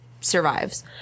survives